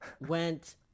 went